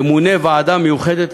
תמונה ועדה מיוחדת,